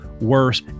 worse